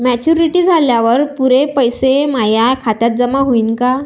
Maturity झाल्यावर पुरे पैसे माया खात्यावर जमा होईन का?